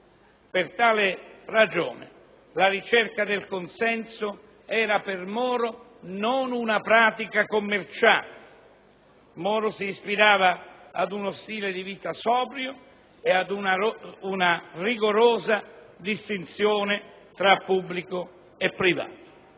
Per tale ragione, la ricerca del consenso era per Moro non una pratica commerciale. Moro si ispirava ad uno stile di vita sobrio e ad una rigorosa distinzione tra pubblico e privato.